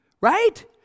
right